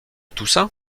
toussaint